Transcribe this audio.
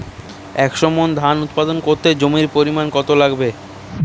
একশো মন ধান উৎপাদন করতে জমির পরিমাণ কত লাগবে?